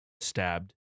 stabbed